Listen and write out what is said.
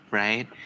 right